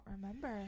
remember